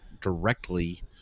directly